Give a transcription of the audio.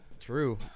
True